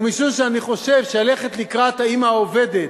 ומשום שאני חושב שללכת לקראת האמא העובדת